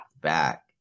back